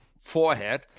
forehead